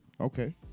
okay